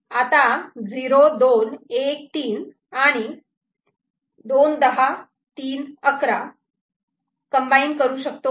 आता 0 2 1 3 आणि 2 10 3 11 कम्बाईन करू शकतो का